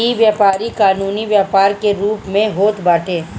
इ व्यापारी कानूनी व्यापार के रूप में होत बाटे